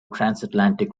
transatlantic